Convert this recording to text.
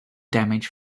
damage